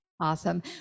Awesome